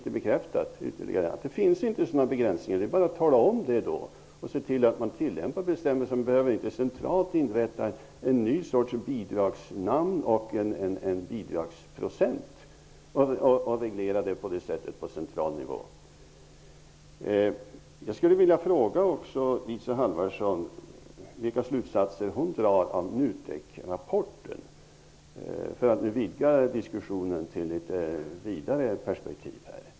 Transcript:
Det finns inte några sådana begränsningar. Det är bara att tala om detta och se till att bestämmelserna tillämpas. Det är inte nödvändigt att centralt inrätta ett nytt bidragsnamn och en bidragsprocent, dvs. reglera på central nivå. Jag skulle vilja fråga Isa Halvarsson vilka slutsatser hon drar av NUTEK-rapporten. Jag vill vidga diskussionen till ett litet bredare perspektiv.